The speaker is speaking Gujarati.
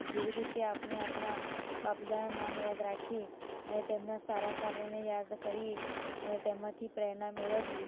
જેવી રીતે આપણે આપણા બાપ દાદાનાં નામ યાદ રાખીએ અને તેમનાં સારાં કાર્યોને યાદ કરીએ અને તેમાંથી પ્રેરણા મેળવીએ